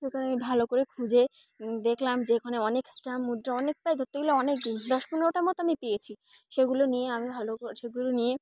ওখানে ভালো করে খুঁজে দেখলাম যে এখানে অনেক স্টাম্প মুদ্রা অনেক প্রায় ধরতে গেলে অনেক দশ পনেরোটার মতো আমি পেয়েছি সেগুলো নিয়ে আমি ভালো করে সেগুলো নিয়ে